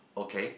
okay